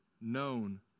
known